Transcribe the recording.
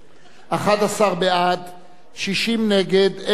נא להצביע.